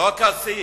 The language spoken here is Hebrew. לא כסיף,